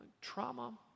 trauma